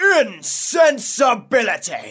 Insensibility